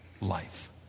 life